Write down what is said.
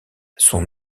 son